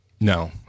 No